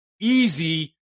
easy